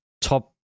top